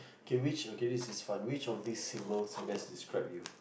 okay which okay this is fun which of these symbols best describe you